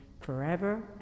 forever